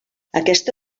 aquesta